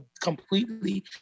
completely